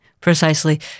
Precisely